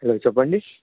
hello చెప్పండి